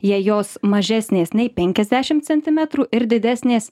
jei jos mažesnės nei penkiasdešimt centimetrų ir didesnės